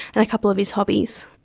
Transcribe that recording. and a couple of his hobbies.